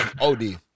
OD